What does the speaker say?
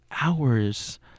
hours